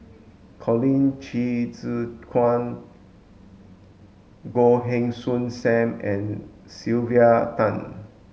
Colin Qi Zhe Quan Goh Heng Soon Sam and Sylvia Tan